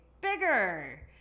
bigger